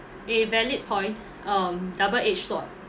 a valid point um double-edged sword